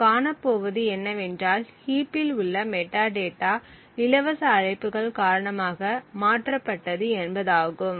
நாம் காணப்போவது என்னவென்றால் ஹீப்பில் உள்ள மெட்டாடேட்டா இலவச அழைப்புகள் காரணமாக மாற்றப்பட்டது என்பதாகும்